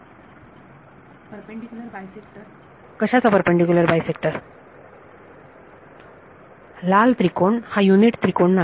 विद्यार्थी perpendicular bisector कशाचा perpendicular bisector लाल त्रिकोण हा युनिट त्रिकोण नाही